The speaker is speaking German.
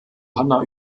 hanna